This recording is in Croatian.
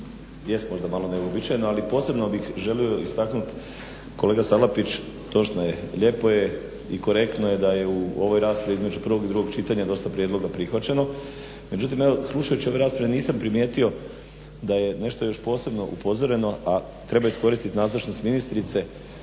jest možda malo neuobičajeno, ali posebno bih želio istaknuti kolega Salapić točno je, lijepo je i korektno je da je u ovoj raspravi između prvog i drugog čitanja dosta prijedloga prihvaćeno. Međutim, evo slušajući ove rasprave nisam primijetio da je nešto još posebno upozoreno, a treba iskoristiti nazočnost ministrice